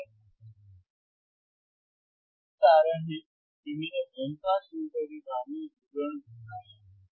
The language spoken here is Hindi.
यही कारण है कि मैंने बैंड पास फिल्टर के बारे में विवरण दोहराया है